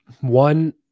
One